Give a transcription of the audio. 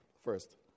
first